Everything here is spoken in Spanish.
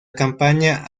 campaña